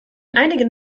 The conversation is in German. einigen